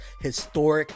historic